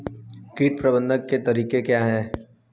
कीट प्रबंधन के तरीके क्या हैं?